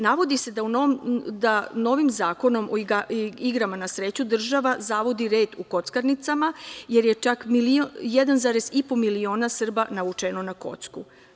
Navodi se da novim Zakonom o igrama na sreću država zavodi red u kockarnicama, jer je čak 1,5 miliona Srba navučeno na kocku.